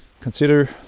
consider